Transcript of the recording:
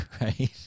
right